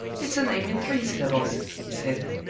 it's a name in three syllables, he said.